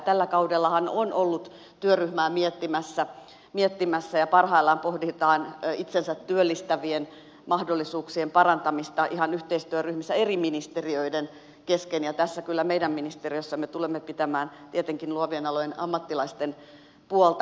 tällä kaudellahan on ollut työryhmä miettimässä tätä ja parhaillaan pohditaan itsensä työllistävien mahdollisuuksien parantamista ihan yhteistyöryhmissä eri ministeriöiden kesken ja tässä kyllä meidän ministeriössämme tulemme pitämään tietenkin luovien alojen ammattilaisten puolta